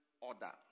order